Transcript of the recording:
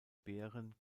bären